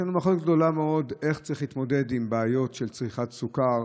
יש לנו מחלוקת גדולה מאוד איך צריך להתמודד עם בעיות של צריכת סוכר,